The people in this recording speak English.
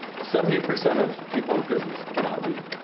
seventy percent of people in prisons cannot read.